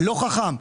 לא חכם.